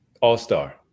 all-star